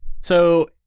So-